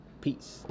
peace